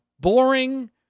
Boring